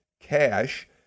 cash